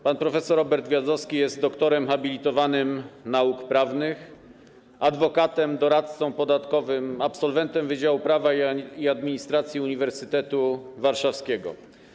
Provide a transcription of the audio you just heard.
Pan prof. Robert Gwiazdowski jest doktorem habilitowanym nauk prawnych, adwokatem, doradcą podatkowym, absolwentem Wydziału Prawa i Administracji Uniwersytetu Warszawskiego.